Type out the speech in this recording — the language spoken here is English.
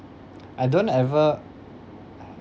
I don't ever